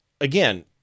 again